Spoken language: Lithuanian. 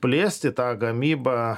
plėsti tą gamybą